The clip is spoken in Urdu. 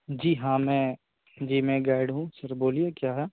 جی ہاں میں جی میں گائیڈ ہوں سر بولیے کیا ہے